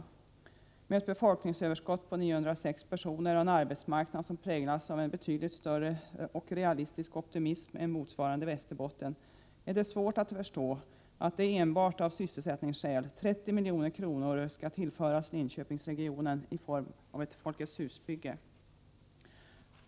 Med tanke på att det här finns ett befolkningsöverskott på 906 personer och en arbetsmarknad som präglas av en betydligt större och mera realistisk optimism än i Västerbotten är det svårt att förstå att enbart av sysselsättningsskäl 30 milj.kr. skall tillföras Linköpingsregionen i form av ett Folkets hus-bygge.